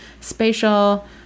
spatial